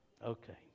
Okay